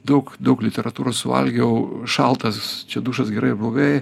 daug daug literatūros suvalgiau šaltas dušas gerai ar blogai